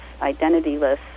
identityless